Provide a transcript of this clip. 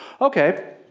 Okay